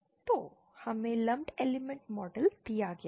तो हमें lumped elements model दिया गया है